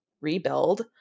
rebuild